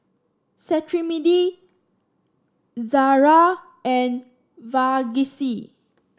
Cetrimide Ezerra and Vagisil